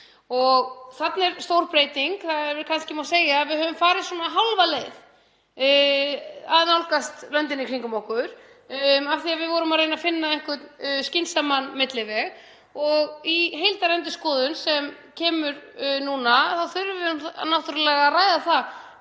Þetta er stór breyting. Það má kannski segja að við höfum farið svona hálfa leið í að nálgast löndin í kringum okkur. Við vorum að reyna að finna einhvern skynsamlegan milliveg og í heildarendurskoðuninni sem kemur núna þá þurfum við náttúrlega að ræða það